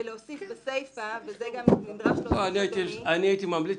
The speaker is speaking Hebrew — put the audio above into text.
ולהוסיף בסיפה --- אני הייתי ממליץ